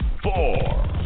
Four